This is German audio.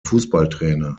fußballtrainer